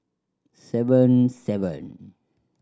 seven